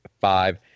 five